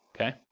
okay